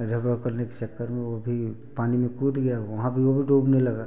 इधर उधर करने के चक्कर में वह भी पानी में कूद गया वहाँ भी वह भी डूबने लगा